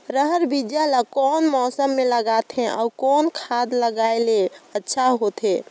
रहर बीजा ला कौन मौसम मे लगाथे अउ कौन खाद लगायेले अच्छा होथे?